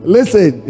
Listen